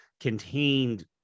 contained